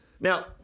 now